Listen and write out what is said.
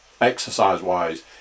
exercise-wise